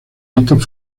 delitos